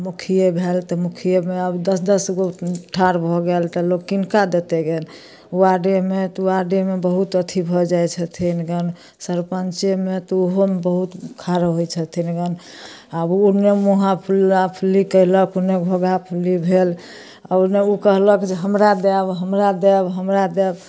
मुखिए भेल तऽ मुखिएमे आब दस दस गो ठाढ़ भऽ गेल तऽ लोक किनका देतै गन वार्डेमे तऽ वार्डेमे बहुत अथी भऽ जाइ छथिन गन सरपञ्चेमे तऽ ओहोमे बहुत खड़ा होइ छथिन गन आब ओहोमे मुँह फुल्लाफुल्ली कएलक ओहिमे घोघाफुल्ली भेल ओन्नै ओ कहलक जे हमरा देब हमरा देब हमरा देब